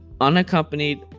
unaccompanied